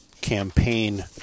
campaign